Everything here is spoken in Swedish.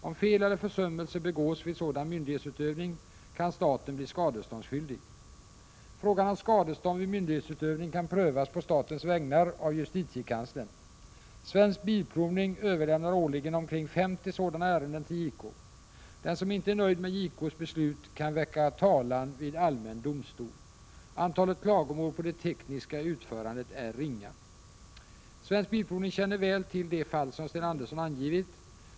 Om fel eller försummelse begås vid sådan myndighetsutövning kan staten bli skadeståndsskyldig. Frågan om skadestånd vid myndighetsutövning kan prövas på statens vägnar av justitiekanslern . Svensk Bilprovning överlämnar årligen omkring 50 sådana ärenden till JK. Den som inte är nöjd med JK:s beslut kan väcka talan vid allmän domstol. Antalet klagomål på det tekniska utförandet är ringa. Svensk Bilprovning känner väl till det fall som Sten Andersson angivit.